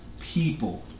people